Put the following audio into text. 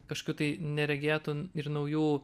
kažkokių tai neregėtų ir naujų